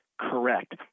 correct